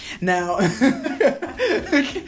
now